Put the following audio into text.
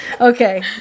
Okay